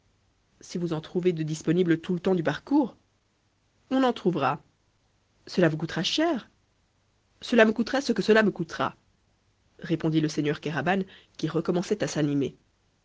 si vous en trouvez de disponibles tout le long du parcours on en trouvera cela vous coûtera cher cela me coûtera ce que cela me coûtera répondit le seigneur kéraban qui recommençait à s'animer